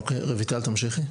ורד, תמשיכי.